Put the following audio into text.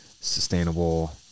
sustainable